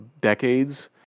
decades